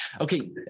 Okay